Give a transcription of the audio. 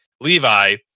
Levi